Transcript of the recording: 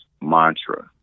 mantra